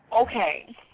Okay